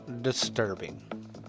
disturbing